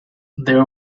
their